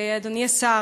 אדוני השר,